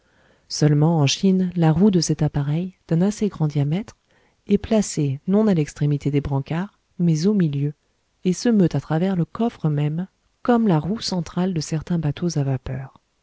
seulement en chine la roue de cet appareil d'un assez grand diamètre est placée non à l'extrémité des brancards mais au milieu et se meut à travers le coffre même comme la roue centrale de certains bateaux à vapeur